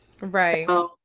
Right